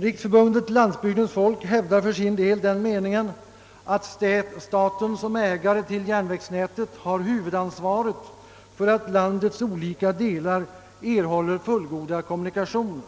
Riksförbundet Landsbygdens «folk hävdar för sin del den meningen, att staten som ägare till järnvägsnätet har huvudansvaret för att landets olika delar erhåller fullgoda kommunikationer,